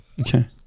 Okay